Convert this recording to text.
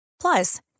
Plus